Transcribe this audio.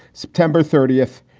september thirtieth,